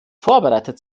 vorbereitet